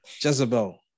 Jezebel